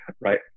right